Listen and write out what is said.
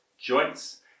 joints